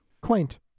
Quaint